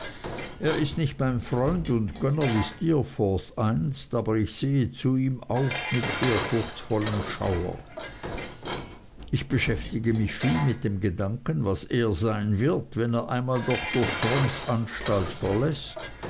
er ist nicht mein freund und gönner wie steerforth einst aber ich sehe zu ihm auf mit ehrfurchtsvollem schauer ich beschäftige mich viel mit dem gedanken was er sein wird wenn er einmal dr strongs anstalt verläßt